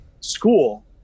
school